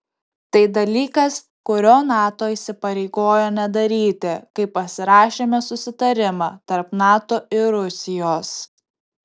tai dalykas kurio nato įsipareigojo nedaryti kai pasirašėme susitarimą tarp nato ir rusijos